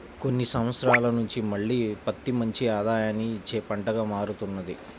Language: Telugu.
కొన్ని సంవత్సరాల నుంచి మళ్ళీ పత్తి మంచి ఆదాయాన్ని ఇచ్చే పంటగా మారుతున్నది